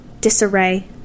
disarray